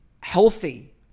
healthy